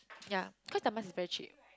ya cause their mask is very cheap